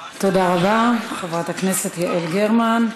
תודה רבה, חברת הכנסת יעל גרמן.